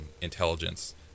intelligence